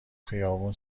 خیابون